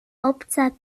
obca